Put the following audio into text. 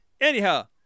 anyhow